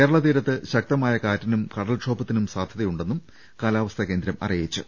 കേരള തീരത്ത് ശക്തമായ കാറ്റിനും കടൽക്ഷോഭത്തിനും സാധ്യതയുണ്ടെന്നും കാലാവസ്ഥാ കേന്ദ്രം അറിയിച്ചു